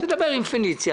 תדבר עם פניציה,